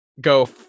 go